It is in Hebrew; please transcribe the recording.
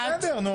--- אז בסדר, נו.